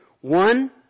One